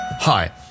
Hi